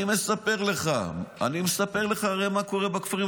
אני מספר לך מה קורה בכפרים.